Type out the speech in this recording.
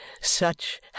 Such